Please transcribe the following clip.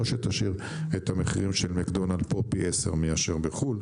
לא שתשאיר את המחירים של מקדונלדס פה פי 10% מאשר בחו"ל,